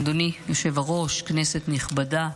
אדוני יושב-הראש, כנסת נכבדה,